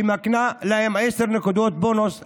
שמקנים 10 נקודות בונוס לנבחנים.